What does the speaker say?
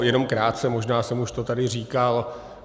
Jenom krátce, možná jsem už to tady říkal.